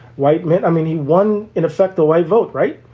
white men. i mean, he won, in effect, the white vote. right.